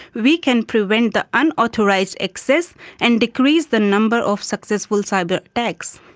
we can prevent the unauthorised access and decrease the number of successful cyber-attacks.